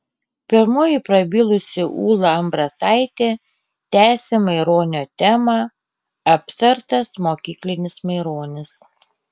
pirmoji prabilusi ūla ambrasaitė tęsė maironio temą aptartas mokyklinis maironis